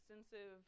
extensive